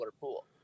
pool